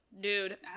Dude